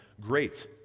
great